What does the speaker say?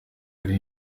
wari